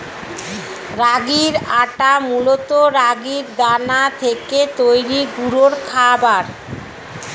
রাগির আটা মূলত রাগির দানা থেকে তৈরি গুঁড়ো খাবার